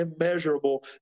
immeasurable